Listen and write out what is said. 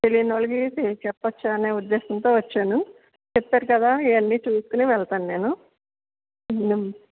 తెలియనోళ్ళకి చెప్పొచ్చు అనే ఉద్దేశంతో వచ్చాను చెప్పారు కదా ఇయన్నీ చూసుకొని వెళ్తాను నేను